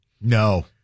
No